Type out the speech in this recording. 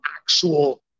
actual